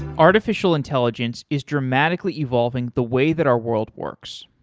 artificial intelligence is dramatically evolving the way that our world works,